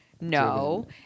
No